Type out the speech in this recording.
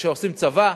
שעושים צבא,